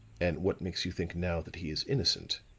and what makes you think now that he is innocent?